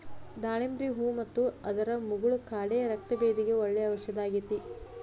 ದಾಳಿಂಬ್ರಿ ಹೂ ಮತ್ತು ಅದರ ಮುಗುಳ ಕಾಡೆ ರಕ್ತಭೇದಿಗೆ ಒಳ್ಳೆ ಔಷದಾಗೇತಿ